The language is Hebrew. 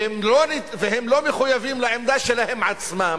והם לא מחויבים לעמדה שלהם עצמם.